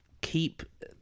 keep